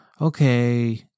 okay